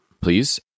Please